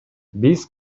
биз